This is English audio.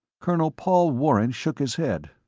colonel paul warren shook his head.